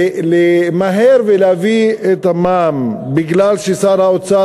למהר ולהביא את המע"מ מפני ששר האוצר,